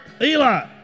Eli